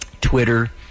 Twitter